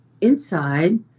inside